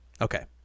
Okay